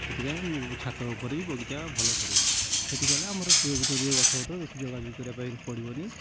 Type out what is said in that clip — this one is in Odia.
ସେଥିପାଇଁ ଛାତ ଉପରେ ବି ବଗିଚା ଭଲ କରୁ ସେଠି କଲେ ଆମର ସୁରକ୍ଷିତ ରହେ ଗଛ ପତ୍ର ବେଶୀ ଜଗା ଜଗି କରିବାକୁ ପଡ଼ିବନି